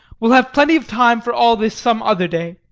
we'll have plenty of time for all this some other day.